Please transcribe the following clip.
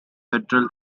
federal